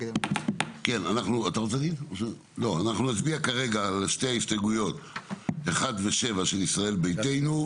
אנחנו נצביע כרגע על שתי ההסתייגויות 1 ו-7 של "ישראל ביתנו".